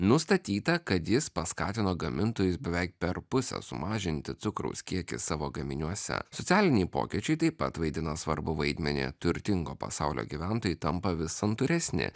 nustatyta kad jis paskatino gamintojus beveik per pusę sumažinti cukraus kiekį savo gaminiuose socialiniai pokyčiai taip pat vaidina svarbų vaidmenį turtingo pasaulio gyventojai tampa vis santūresni